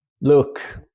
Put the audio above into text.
Look